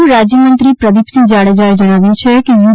ગૃહ રાજ્ય મંત્રી પ્રદીપસિંહ જાડેજા એ જણાવ્યુ છે કે યુ